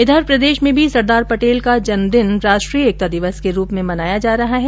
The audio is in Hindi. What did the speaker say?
इधर प्रदेश में भी सरदार पटेल का जन्म दिन राष्ट्रीय एकता दिवस के रूप में मनाया जा रहा है